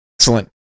Excellent